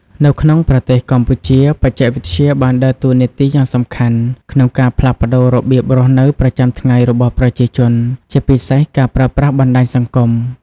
នៅក្នុងប្រទេសកម្ពុជា បច្ចេកវិទ្យាបានដើរតួនាទីយ៉ាងសំខាន់ក្នុងការផ្លាស់ប្តូររបៀបរស់នៅប្រចាំថ្ងៃរបស់ប្រជាជន ជាពិសេសការប្រើប្រាស់បណ្តាញសង្គម។